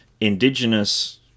indigenous